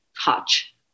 touch